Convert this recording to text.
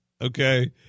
okay